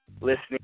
listening